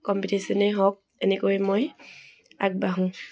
কম্পিটিশ্যনেই হওক এনেকৈ মই আগবাঢ়োঁ